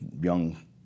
young